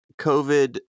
COVID